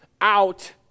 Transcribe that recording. out